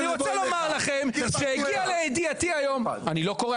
אני רוצה לומר לכם שהגיע לידיעתי היום אני לא קורא,